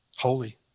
holy